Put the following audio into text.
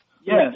Yes